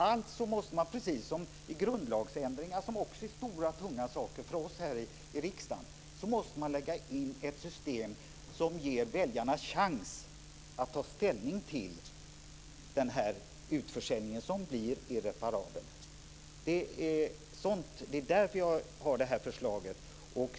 Alltså måste man, precis som i grundlagsändringar som är stora och tunga saker för oss här i riksdagen, ha ett system som ger väljarna chans att ta ställning till utförsäljningen, som blir irreparabel. Det är därför jag har det här förslaget.